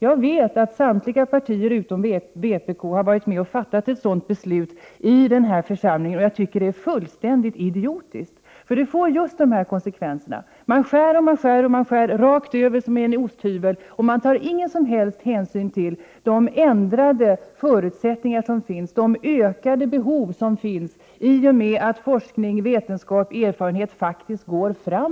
Jag vet att samtliga partier utom vpk har varit med och fattat ett sådant beslut i den här församlingen, och jag tycker att det var fullständigt idiotiskt. Konsekvenserna blir just de som har nämnts. Man skär rakt över som med en osthyvel utan hänsyn till de ändrade förutsättningarna, de ökade behov som finns i och med att det faktiskt går framåt när det gäller forskning, vetenskap och erfarenhet.